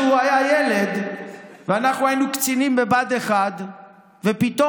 כשהוא היה ילד ואנחנו היינו קצינים בבה"ד 1 פתאום,